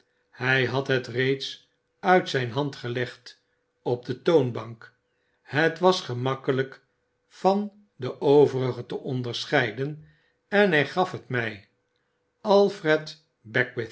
hg had het reeds uit zijn hand gelegd op de toonbank het was gemakkelijk van de overige te onderscheiden en hg gaf het mg